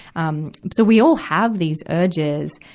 um, so we all have these urges.